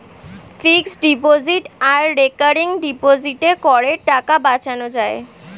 fixed deposit আর recurring ডিপোজিটে করের টাকা বাঁচানো যায়